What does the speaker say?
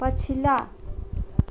पछिला